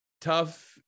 tough